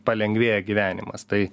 palengvėja gyvenimas tai